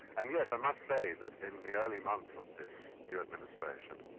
and yet i must say that in the early months of this new administration,